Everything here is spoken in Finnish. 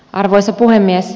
arvoisa puhemies